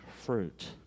fruit